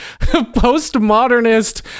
postmodernist